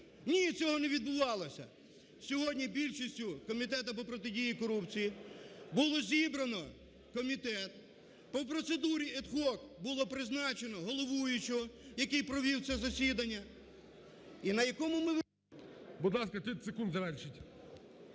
ні, цього не відбувалося! Сьогодні більшістю Комітету по протидії корупції було зібрано комітет, по процедурі ad hoc було призначено головуючого, який провів це засідання,